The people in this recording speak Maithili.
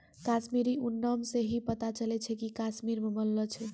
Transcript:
कश्मीरी ऊन नाम से ही पता चलै छै कि कश्मीर मे बनलो छै